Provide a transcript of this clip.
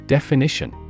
Definition